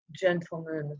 gentlemen